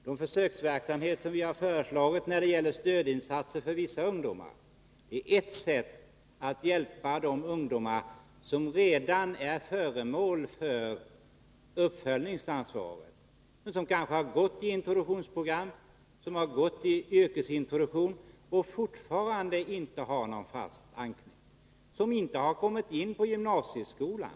De försöksverksamheter som vi har föreslagit när det gäller stödinsatser för vissa ungdomar är ett sätt att hjälpa de ungdomar som redan omfattas av uppföljningsansvaret. De har kanske gått igenom introduktionsprogrammet och fått yrkesintroduktion, men de har fortfarande inte någon fast anknytning på arbetsmarknaden. Det är ungdomar som inte har kommit in på gymnasieskolan.